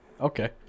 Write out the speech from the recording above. Okay